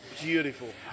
Beautiful